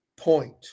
point